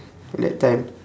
at that time